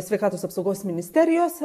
sveikatos apsaugos ministerijos